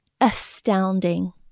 astounding